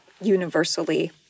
universally